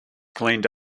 cleaned